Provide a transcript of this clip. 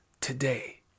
today